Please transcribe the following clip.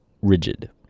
rigid